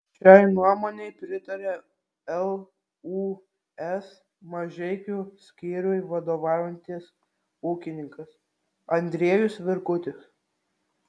šiai nuomonei pritaria lūs mažeikių skyriui vadovaujantis ūkininkas andriejus virkutis